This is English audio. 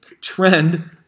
trend